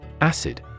Acid